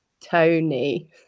Tony